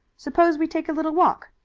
suppose we take a little walk.